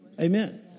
Amen